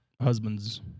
husbands